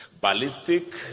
ballistic